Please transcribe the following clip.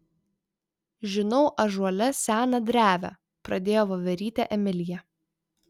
žinau ąžuole seną drevę pradėjo voverytė emilija